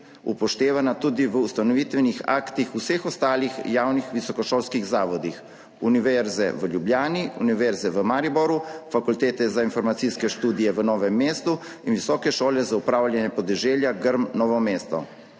upoštevana tudi v ustanovitvenih aktih v vseh ostalih javnih visokošolskih zavodih Univerze v Ljubljani, Univerze v Mariboru, Fakultete za informacijske študije v Novem mestu in Visoke šole za upravljanje podeželja Grm Novo mesto.